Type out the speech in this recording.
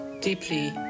deeply